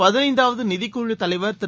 பதினைந்தாவதுநிதிக்குழுதலைவர் திரு